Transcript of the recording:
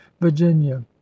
virginia